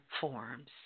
forms